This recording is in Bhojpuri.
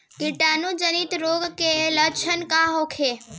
कीटाणु जनित रोग के लक्षण का होखे?